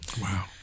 Wow